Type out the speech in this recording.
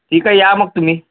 ठीक आहे या मग तुम्ही